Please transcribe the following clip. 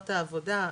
הגברת עבודה,